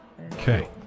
Okay